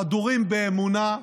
חדורים באמונה,